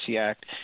Act